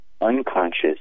unconscious